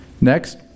Next